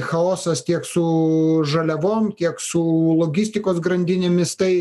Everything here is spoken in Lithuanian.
chaosas tiek su žaliavom kiek su logistikos grandinėmis tai